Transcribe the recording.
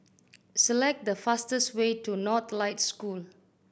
select the fastest way to Northlight School